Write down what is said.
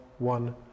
one